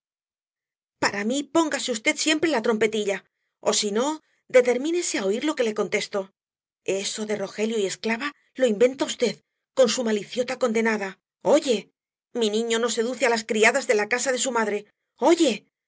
para mí póngase v siempre la trompetilla ó si no determínese á oir lo que le contesto eso de rogelio y esclava lo inventa v con su maliciota condenada oye mi niño no seduce á las criadas de la casa de su madre